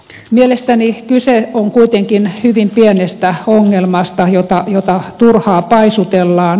mielestäni kyse on kuitenkin hyvin pienestä ongelmasta jota turhaan paisutellaan